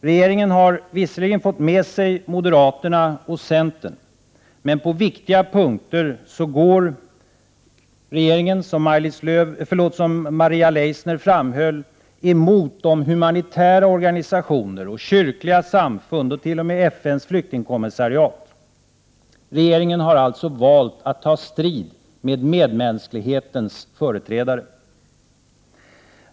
Regeringen har visserligen fått med sig moderaterna och centern, men på viktiga punkter går regeringen, som Maria Leissner framhöll, emot humanitära organisationer, kyrkliga samfund och t.o.m. FN:s flyktingkommissariat. Regeringen har alltså valt att ta strid med medmänsklighetens företrädare.